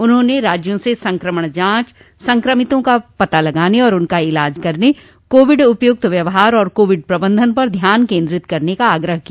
उन्होंने राज्यों से संक्रमण जांच संक्रमितों का पता लगाने और उनका इलाज करने कोविड उपयुक्त व्यवहार और कोविड प्रबंधन पर ध्यान केंद्रित करने का आग्रह किया